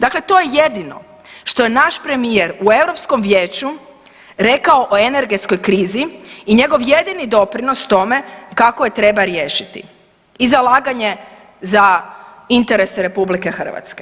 Dakle, to je jedino što je naš premijer u Europskom vijeću rekao o energetskoj krizi i njegov jedini doprinos tome kako je treba riješiti i zalaganje za interese RH.